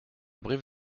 brive